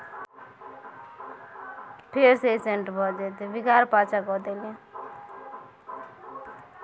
उन्नैस सय सात मे इंडियन बैंक केर स्थापना भेल रहय